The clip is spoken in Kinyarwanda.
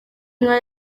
inka